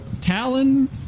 Talon